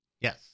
Yes